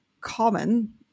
common